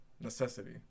necessity